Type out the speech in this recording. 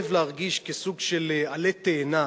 אוהב להרגיש כסוג של עלה תאנה